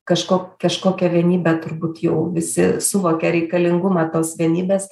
kažko kažkokią vienybę turbūt jau visi suvokia reikalingumą tos vienybės